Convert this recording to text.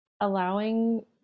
allowing